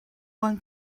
one